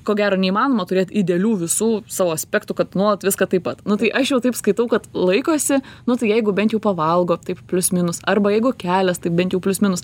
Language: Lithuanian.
ko gero neįmanoma turėt idealių visų savo aspektų kad nuolat viską taip pat nu tai aš jau taip skaitau kad laikosi nu tai jeigu bent jau pavalgo taip plius minus arba jeigu kelias taip bent jau plius minus